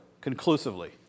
Conclusively